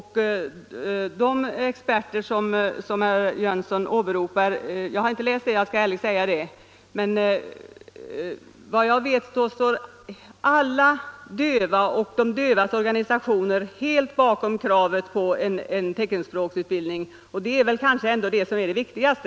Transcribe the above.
Herr Jönsson åberopar vissa experter, och jag skall ärligt säga att jag inte har läst vad de skriver. Men alla döva och deras organisationer står helt bakom kravet på en teckenspråksutbildning, och det är ändå det viktigaste.